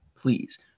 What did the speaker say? please